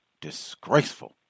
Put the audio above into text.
Disgraceful